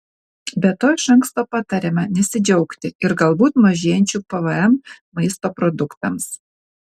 be to iš anksto patariama nesidžiaugti ir galbūt mažėsiančiu pvm maisto produktams